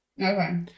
Okay